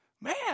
man